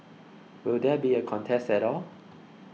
will there be a contest at all